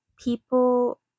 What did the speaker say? people